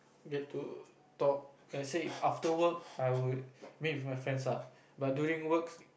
get to talk and say if after work I would meet with my friends ah but during works